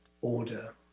order